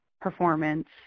performance